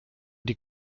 die